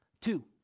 Two